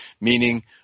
meaning